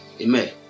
Amen